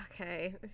Okay